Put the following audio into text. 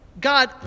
God